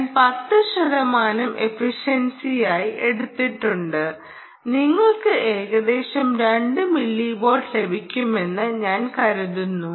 ഞാൻ 10 ശതമാനം എഫിഷ്യൻസിയായി എടുത്തിട്ടുണ്ട് നിങ്ങൾക്ക് ഏകദേശം 2 മില്ലി വാട്ട് ലഭിക്കുമെന്ന് ഞാൻ കരുതുന്നു